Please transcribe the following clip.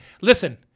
Listen